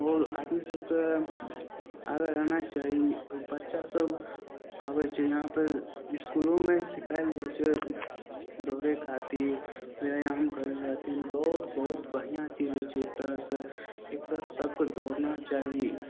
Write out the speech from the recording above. आओर आदमी सबके आगा रहना चाही बच्चा सब आबय छै यहाँपर इसकुलोमे सिखायल जाइ छै दौड़य खातिर व्यायाम करय खातिर दौड़ बहुत बढ़िआँ चीज होइ छै एक तरहसँ एक तरहसँ सबके दौड़ना चाही